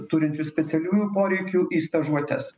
turinčius specialiųjų poreikių į stažuotes